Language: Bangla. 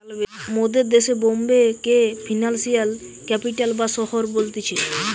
মোদের দেশে বোম্বে কে ফিনান্সিয়াল ক্যাপিটাল বা শহর বলতিছে